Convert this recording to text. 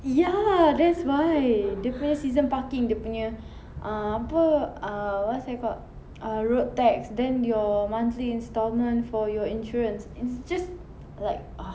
ya that's why dia punya season parking dia punya ah apa what's that called ah road tax then your monthly instalment for your insurance it's just like ah